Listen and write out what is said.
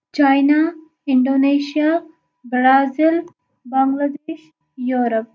China Indonesia Brazil Bangladesh Europe